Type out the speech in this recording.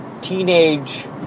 teenage